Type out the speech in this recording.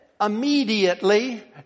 Immediately